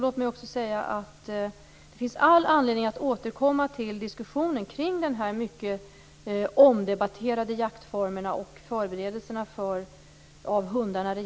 Låt mig också säga att det finns all anledning att återkomma till diskussionen kring den här mycket omdebatterade jaktformen och förberedelserna för hundar.